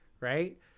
Right